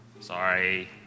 Sorry